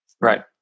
Right